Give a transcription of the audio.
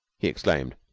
he exclaimed.